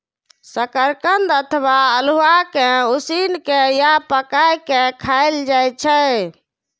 शकरकंद अथवा अल्हुआ कें उसिन के या पकाय के खायल जाए छै